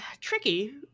tricky